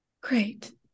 Great